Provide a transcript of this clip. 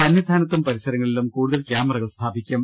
സന്നിധാനത്തും പരിസരങ്ങളിലും കൂടുതൽ കൃാമറകൾ സ്ഥാപി ക്കും